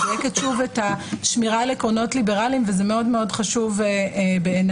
מדייקת את השמירה על עקרונות ליברליים וזה מאוד חשוב בעיניי.